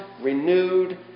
renewed